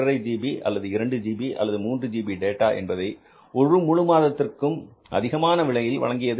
5 GB அல்லது 2ஜிபி அல்லது 3 ஜிபி டேட்டா என்பதை ஒரு முழு மாதத்திற்கும் அதிகமான விலையில் வழங்கியது